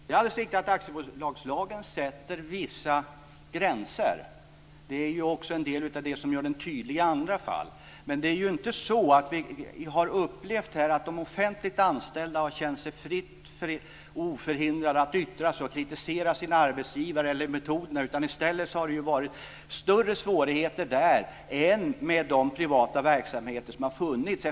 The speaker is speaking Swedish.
Fru talman! Det är riktigt att aktiebolagslagen sätter vissa gränser. Det är ju också en del av det som gör den tydlig i andra fall. Men det är ju inte så att de offentligt anställda har känt sig fria och oförhindrade att yttra sig och kritisera sin arbetsgivare eller metoderna. I stället har det ju varit större svårigheter där än i de privata verksamheter som har funnits.